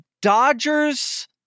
Dodgers